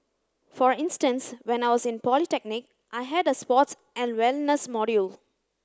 for instance when I was in polytechnic I had a sports and wellness module